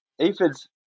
Aphids